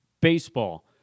Baseball